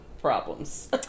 problems